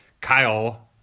Kyle